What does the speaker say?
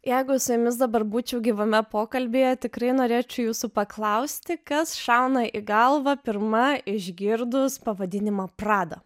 jeigu su jumis dabar būčiau gyvame pokalbyje tikrai norėčiau jūsų paklausti kas šauna į galvą pirma išgirdus pavadinimą prada